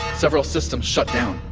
several systems shut down.